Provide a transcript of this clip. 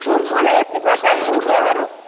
ஒரு மொழம் எப்படி பார்த்தாலும் நூறுரூவா வரும்